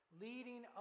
Leading